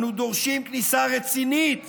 אנו דורשים כניסה רצינית